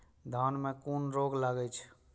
धान में कुन रोग लागे छै?